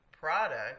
product